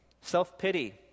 self-pity